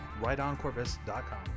Rightoncorpus.com